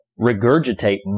regurgitate